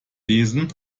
lesen